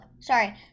sorry